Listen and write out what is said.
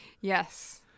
Yes